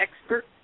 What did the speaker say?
Expert